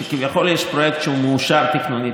כביכול יש פרויקט שמאושר תכנונית,